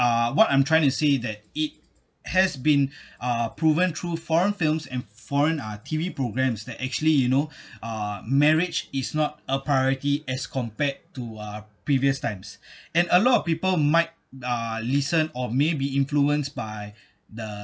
uh what I'm trying to say that it has been uh proven through foreign films and foreign uh T_V programs that actually you know uh marriage is not a priority as compared to uh previous times and a lot of people might uh listen or may be influenced by the